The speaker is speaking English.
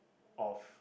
of